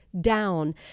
down